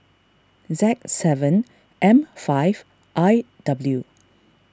Z seven M five I W